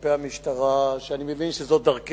כלפי המשטרה, שאני מבין שזו דרכך,